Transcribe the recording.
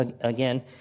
again